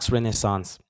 Renaissance